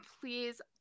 please